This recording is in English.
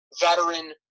veteran